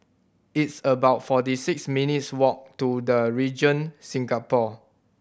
it's about forty six minutes' walk to The Regent Singapore